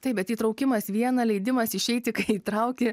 taip bet įtraukimas viena leidimas išeiti kai įtrauki